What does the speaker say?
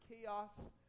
chaos